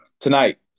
Tonight